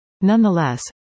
Nonetheless